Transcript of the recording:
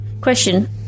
Question